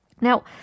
Now